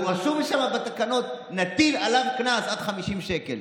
רשום שם בתקנות: נטיל עליו קנס עד 50 שקל.